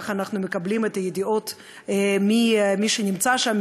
אלה הידיעות שאנחנו מקבלים ממי שנמצא שם,